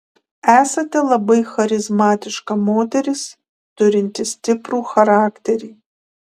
esate labai charizmatiška moteris turinti stiprų charakterį